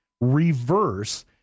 reverse